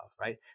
right